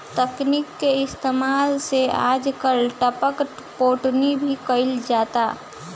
तकनीक के इस्तेमाल से आजकल टपक पटौनी भी कईल जाता